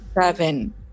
seven